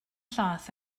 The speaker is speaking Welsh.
llaeth